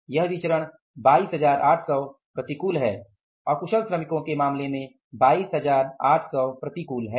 यह 22800 प्रतिकूल है सही है 22800 प्रतिकूल है